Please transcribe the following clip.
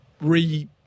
Re